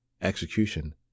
execution